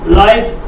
life